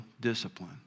discipline